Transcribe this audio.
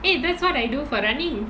eh that's what I do for running